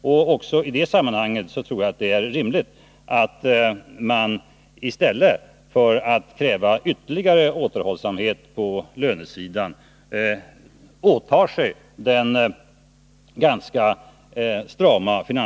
Jag tror att det är riktigt av regeringen att satsa på en ganska stram finanspolitik i stället för att kräva ytterligare återhållsamhet på lönesidan.